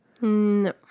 No